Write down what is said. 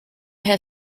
had